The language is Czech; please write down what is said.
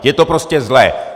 Je to prostě zlé.